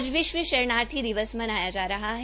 आज विश्व शरणार्थी दिवस मनाया जा रहा है